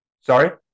Sorry